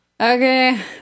okay